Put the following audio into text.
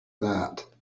that